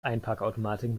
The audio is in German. einparkautomatik